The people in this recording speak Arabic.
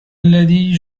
الذي